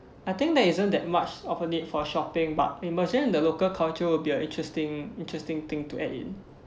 I think there isn't that much of a need for shopping but immersion in the local culture will be a interesting interesting thing to add in